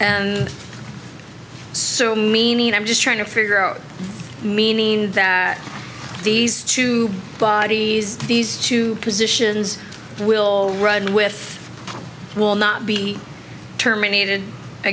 and so meaning and i'm just trying to figure out meaning that these two bodies these two positions will ride with will not be terminated i